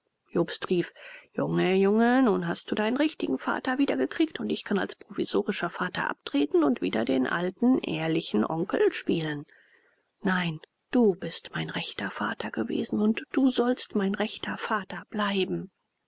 jobst rief junge junge nun hast du deinen richtigen vater wiedergekriegt und ich kann als provisorischer vater abtreten und wieder den alten ehrlichen onkel spielen nein du bist mein rechter vater gewesen und du sollst mein rechter vater bleiben